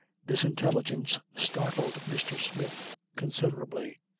this intelligence startled mr. smith considerably.